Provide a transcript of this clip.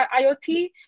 IoT